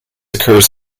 occurs